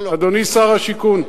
אדוני שר השיכון,